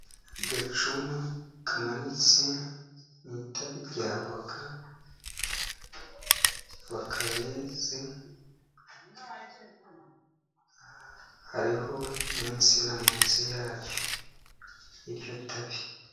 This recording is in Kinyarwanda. Agacuma kamanitse mu itabi ry'avoka. Avoka yeze. Hariho n'insina munsi yaryo, y'iryo tabi.